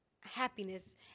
happiness